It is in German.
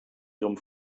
ihrem